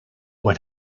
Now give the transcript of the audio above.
when